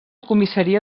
comissaria